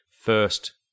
first